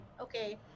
Okay